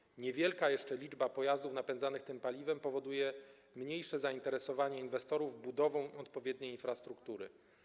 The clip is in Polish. Jeszcze niewielka liczba pojazdów napędzanych tym paliwem powoduje mniejsze zainteresowanie inwestorów budową odpowiedniej infrastruktury.